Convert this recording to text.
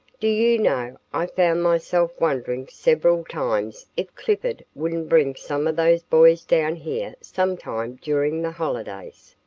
do you know, i found myself wondering several times if clifford wouldn't bring some of those boys down here some time during the holidays.